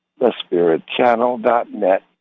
thespiritchannel.net